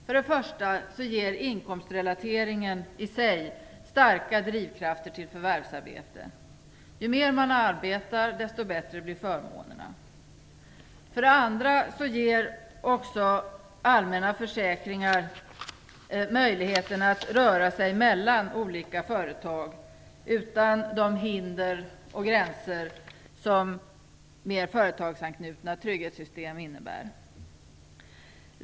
För det första ger inkomstrelateringen i sig starka drivkrafter till förvärvsarbete. Ju mer man arbetar, desto bättre blir förmånerna. För det andra ger de allmänna försäkringarna arbetstagarna en möjlighet att röra sig mellan olika företag utan de hinder och gränser som mera företagsanknutna trygghetssystem innebär.